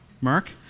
Mark